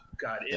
God